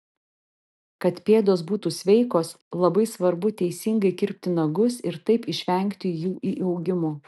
kad pėdos būtų sveikos labai svarbu teisingai kirpti nagus ir taip išvengti jų įaugimo